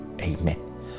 Amen